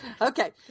Okay